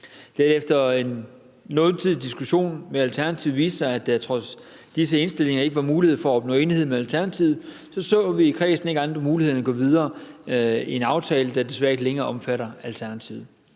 det efter noget tids diskussion med Alternativet viste sig, at der trods disse indstillinger ikke var mulighed for at opnå enighed med Alternativet, så vi i kredsen ikke andre muligheder end at gå videre med en aftale, der desværre ikke længere omfatter Alternativet.